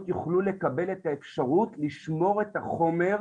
יוכלו לקבל את האפשרות לשמור את החומר,